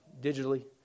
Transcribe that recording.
digitally